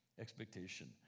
expectation